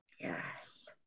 Yes